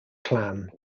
clan